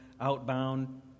outbound